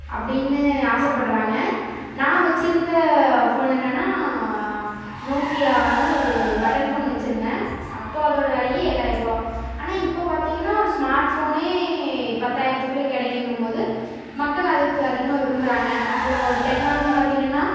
அப்படின்னு ஆசைப்படுறாங்க நான் வெச்சுருந்த ஃபோன் என்னென்னால் நோக்கியானு ஒரு பட்டன் ஃபோன் வெச்சுருந்தேன் அப்போது அதோடய விலையே ஏழாயிரரூவா ஆனால் இப்போது பார்த்தீங்கன்னா ஒரு ஸ்மார்ட் ஃபோனே பத்தாயிரத்துக்குள்ளே கிடைக்கிங்கும்போது மக்கள் அதுக்கு அதிகமாக விரும்பறாங்க அப்புறோம் டெக்னாலஜியும் பார்த்தீங்கன்னா